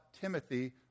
Timothy